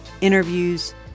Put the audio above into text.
interviews